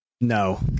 No